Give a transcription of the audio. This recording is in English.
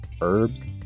herbs